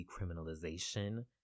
decriminalization